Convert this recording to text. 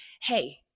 hey